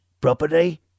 property